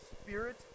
spirit